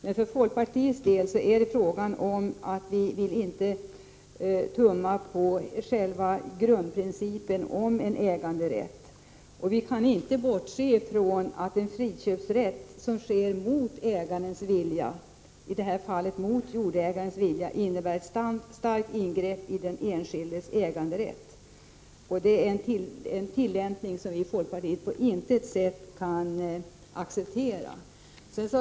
Det är för folkpartiets del fråga om att vi inte vill tumma på grundprincipen om äganderätten. Vi kan inte bortse från att en rätt till friköp mot ägarens vilja, i det här fallet mot jordägarens vilja, innebär ett stort ingrepp i den enskildes äganderätt. Detta är en tillämpning som vi i folkpartiet på intet sätt kan acceptera.